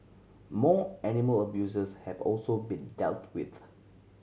more animal abusers have also been dealt with